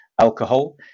alcohol